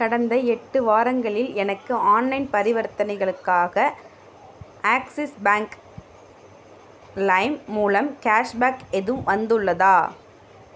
கடந்த எட்டு வாரங்களில் எனக்கு ஆன்லைன் பரிவர்த்தனைகளுக்காக ஆக்ஸிஸ் பேங்க் லைம் மூலம் கேஷ்பேக் எதுவும் வந்துள்ளதா